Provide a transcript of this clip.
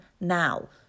now